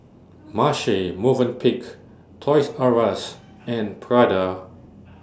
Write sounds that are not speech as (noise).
Marche Movenpick Toys R US and Prada (noise)